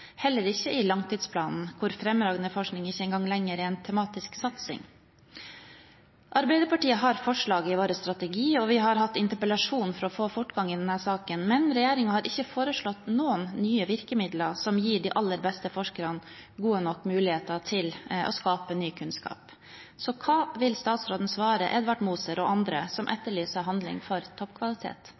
heller ikke i langtidsplanen, hvor fremragende forskning ikke engang er en tematisk satsing lenger. Arbeiderpartiet har forslag i sin strategi, og vi har hatt en interpellasjon for å få fortgang i denne saken, men regjeringen har ikke foreslått noen nye virkemidler som gir de aller beste forskerne gode nok muligheter til å skape ny kunnskap. Så hva vil statsråden svare Edvard Moser og andre som etterlyser handling for toppkvalitet?